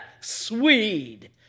Swede